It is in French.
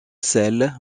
celle